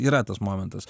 yra tas momentas